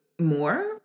more